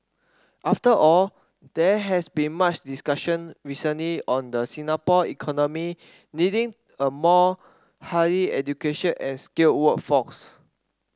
after all there has been much discussion recently on the Singapore economy needing a more highly education and skilled workforce